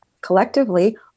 collectively